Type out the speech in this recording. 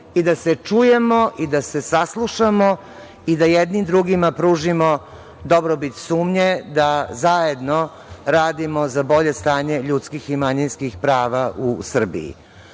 i da se čujemo i da se saslušamo i da jedni drugima pružimo dobrobit sumnje da zajedno radimo za bolje stanje ljudskih i manjinskih prava u Srbiji.